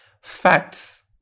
facts